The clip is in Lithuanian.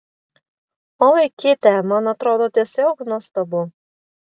oi kitę man atrodo tiesiog nuostabu